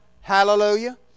hallelujah